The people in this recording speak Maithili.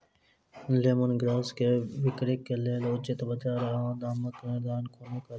लेमन ग्रास केँ बिक्रीक लेल उचित बजार आ दामक निर्धारण कोना कड़ी?